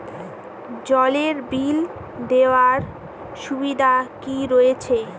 জলের বিল দেওয়ার সুবিধা কি রয়েছে?